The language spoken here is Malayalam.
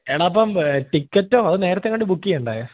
എടാ അപ്പം ടിക്കറ്റോ അത് നേരത്തെയെങ്ങാണ്ട് ബുക്ക് ചെയ്യേണ്ടേ